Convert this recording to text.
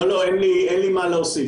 לא, אין לי מה להוסיף.